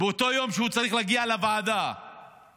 באותו יום שהוא צריך להגיע לוועדה הוא